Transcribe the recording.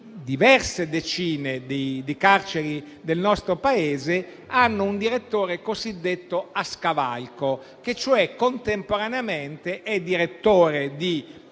diverse decine di carceri del nostro Paese hanno un direttore cosiddetto "a scavalco", che cioè contemporaneamente è direttore di